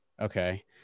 Okay